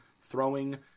throwing